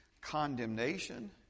condemnation